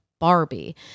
Barbie